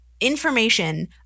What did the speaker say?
information